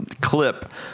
clip